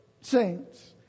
saints